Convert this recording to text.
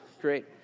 great